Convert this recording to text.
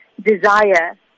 desire